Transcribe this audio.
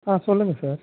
ஆ சொல்லுங்கள் சார்